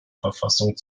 verfassung